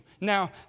Now